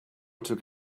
took